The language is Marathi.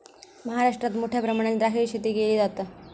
महाराष्ट्रात मोठ्या प्रमाणात द्राक्षाची शेती केली जाता